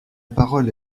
parole